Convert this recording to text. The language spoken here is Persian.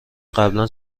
قبلا